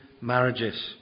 marriages